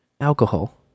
alcohol